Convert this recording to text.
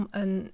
een